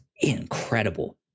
incredible